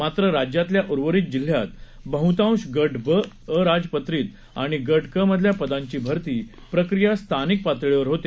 मात्र राज्यातल्या उर्वरित जिल्ह्यात बहुतांश गट ब अराजपत्रित आणि गट क मधल्या पदांची भरती प्रक्रिया स्थानिक पातळीवर होते